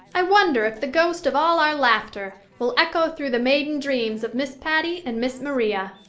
i wonder if the ghost of all our laughter will echo through the maiden dreams of miss patty and miss maria,